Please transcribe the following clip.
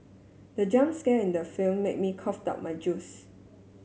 the jump scare in the film made me cough out my juice